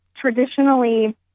traditionally